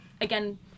again